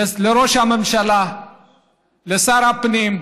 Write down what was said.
לראש הממשלה ולשר הפנים,